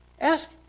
Ask